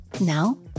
Now